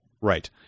Right